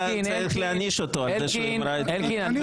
צריך להעניש אותו על זה שהוא המרה את פי --- אני רוצה